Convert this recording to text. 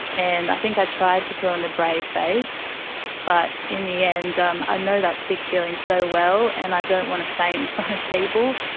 and i think i tried to put on a brave face but in the end um i know that sick feeling so well and i don't want to faint in front of people,